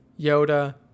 Yoda